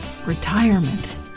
Retirement